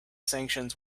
sanctions